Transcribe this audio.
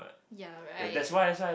ya right